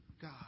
God